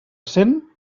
cent